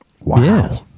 Wow